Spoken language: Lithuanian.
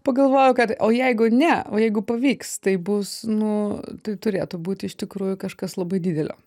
pagalvojau kad o jeigu ne o jeigu pavyks tai bus nu tai turėtų būt iš tikrųjų kažkas labai didelio